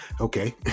okay